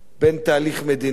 בין תהליך מדיני,